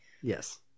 Yes